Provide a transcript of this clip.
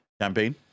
campaign